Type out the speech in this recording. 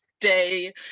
stay